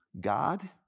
God